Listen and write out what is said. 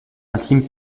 intime